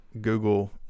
Google